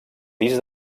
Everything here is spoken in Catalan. pis